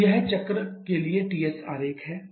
तो यह चक्र के लिए Ts आरेख है